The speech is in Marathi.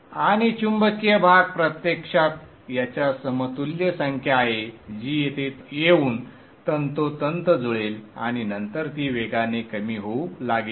आणि चुंबकीय भाग प्रत्यक्षात याच्या समतुल्य संख्या आहे जी येथे येऊन तंतोतंत जुळेल आणि नंतर ती वेगाने कमी होऊ लागेल